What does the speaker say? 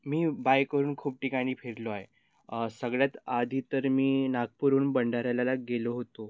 मी बाइकवरून खूप ठिकाणी फिरलो आहे सगळ्यात आधी तर मी नागपूरून भंडारदऱ्याला गेलो होतो